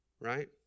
right